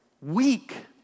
weak